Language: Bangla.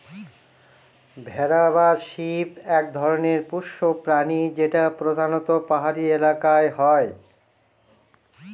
ভেড়া বা শিপ এক ধরনের পোষ্য প্রাণী যেটা প্রধানত পাহাড়ি এলাকায় হয়